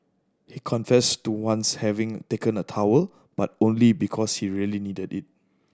he confessed to once having taken a towel but only because he really needed it